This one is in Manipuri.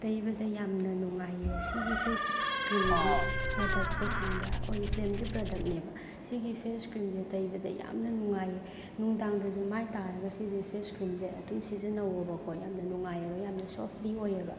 ꯇꯩꯕꯗ ꯌꯥꯝꯅ ꯅꯨꯡꯉꯥꯏꯑꯦ ꯁꯤꯒꯤ ꯐꯦꯁ ꯀ꯭ꯔꯤꯝꯒꯤ ꯄ꯭ꯔꯗꯛꯁꯦ ꯈꯪꯕ꯭ꯔ ꯑꯣꯔꯤꯐ꯭ꯂꯦꯝꯒꯤ ꯄ꯭ꯔꯗꯛꯅꯦꯕ ꯁꯤꯒꯤ ꯐꯦꯁ ꯀ꯭ꯔꯤꯝꯁꯦ ꯇꯩꯕꯗ ꯌꯥꯝꯅ ꯅꯨꯡꯉꯥꯏꯑꯦ ꯅꯨꯡꯗꯥꯡꯗꯁꯨ ꯃꯥꯏ ꯇꯥꯔꯒ ꯁꯤꯁꯦ ꯐꯦꯁ ꯀ꯭ꯔꯤꯝꯁꯦ ꯑꯗꯨꯝ ꯁꯤꯖꯤꯟꯅꯧꯕꯀꯣ ꯌꯥꯝꯅ ꯅꯨꯡꯉꯥꯏꯑꯦꯕ ꯌꯥꯝꯅ ꯁꯣꯐꯂꯤ ꯑꯣꯏꯑꯦꯕ